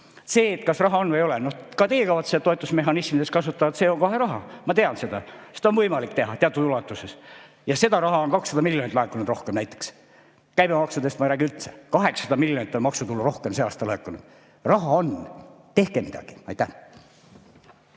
See, kas raha on või ei ole – ka teie kavatsete toetusmehhanismides kasutada CO2raha, ma tean seda, seda on võimalik teha teatud ulatuses. Seda raha on 200 miljonit laekunud rohkem näiteks, käibemaksudest ma ei räägi üldse. 800 miljonit on maksutulu rohkem laekunud see aasta. Raha on, tehke midagi. Aitäh!